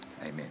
Amen